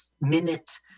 minute